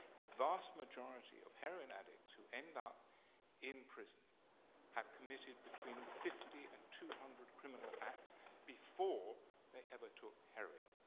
the vast majority of heroin addicts who end up in prison have committed between fifty and two hundred criminal acts before they ever took heroin.